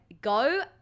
go